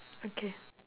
okay